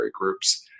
groups